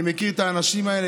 אני מכיר את האנשים האלה,